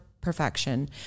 perfection